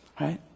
right